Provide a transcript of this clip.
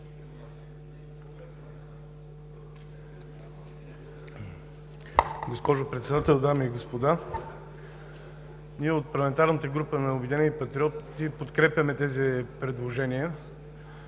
Госпожо Председател, дами и господа, ние от парламентарната група на „Обединени патриоти“ подкрепяме тези предложения